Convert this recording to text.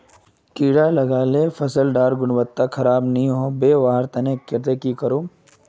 कीड़ा लगाले फसल डार गुणवत्ता खराब ना होबे वहार केते की करूम?